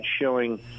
showing